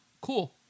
cool